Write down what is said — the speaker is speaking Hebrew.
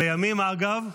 לימים, אגב,